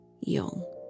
young